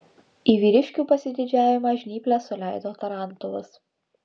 į vyriškio pasididžiavimą žnyples suleido tarantulas